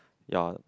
ya